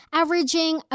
averaging